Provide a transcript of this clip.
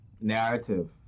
narrative